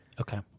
Okay